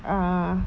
uh